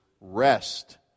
rest